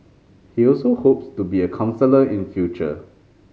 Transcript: he also hopes to be a counsellor in future